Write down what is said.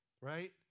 right